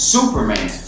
Superman